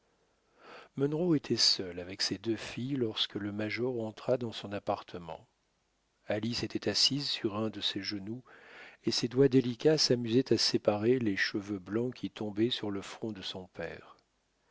le roi lear munro était seul avec ses deux filles lorsque le major entra dans son appartement alice était assise sur un de ses genoux et ses doigts délicats s'amusaient à séparer les cheveux blancs qui tombaient sur le front de son père